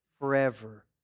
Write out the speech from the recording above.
forever